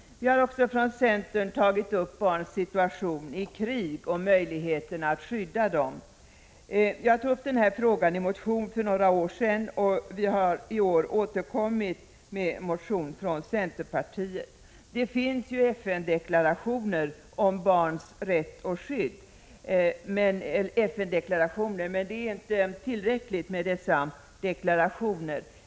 Vi har också från centern tagit upp barns situation i krig och möjligheterna att skydda dem. Jag tog upp denna fråga i en motion för några år sedan, och vi har nu i år återkommit med en motion från centerpartiet. Det finns FN-deklarationer om barnens rätt och skydd. Men det är inte tillräckligt med dessa deklarationer.